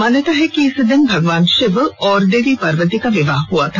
मान्यता है कि इसी दिन भगवान शिव और माता पार्वती का विवाह हुआ था